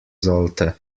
sollte